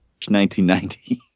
1990